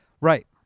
Right